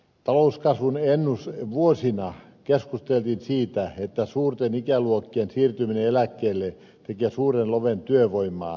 talouskasvun vuosina keskusteltiin siitä että suurten ikäluokkien siirtyminen eläkkeelle tekee suuren loven työvoimaan